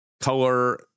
color